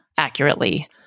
accurately